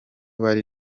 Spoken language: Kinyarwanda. bari